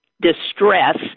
distress